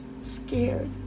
scared